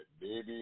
baby